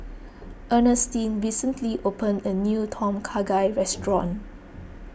Earnestine recently opened a new Tom Kha Gai restaurant